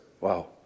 Wow